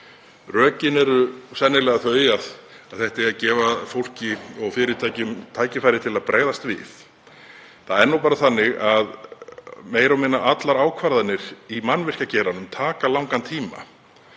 Rökin eru sennilega þau að þetta eigi að gefa fólki og fyrirtækjum tækifæri til að bregðast við. Það er nú bara þannig að meira og minna allar ákvarðanir í mannvirkjageiranum taka langan tíma.